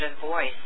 voice